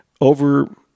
over